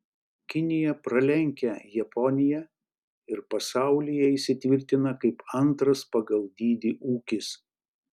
kinija pralenkia japoniją ir pasaulyje įsitvirtina kaip antras pagal dydį ūkis